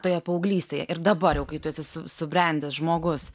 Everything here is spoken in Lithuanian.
toje paauglystėje ir dabar jau kai tu esi su subrendęs žmogus